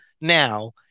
now